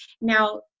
Now